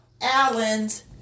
Allen's